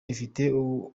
ifite